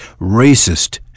racist